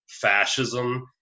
fascism